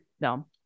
no